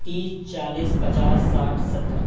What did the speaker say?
तीस चालीस पचास साठ सत्तर